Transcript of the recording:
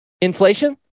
inflation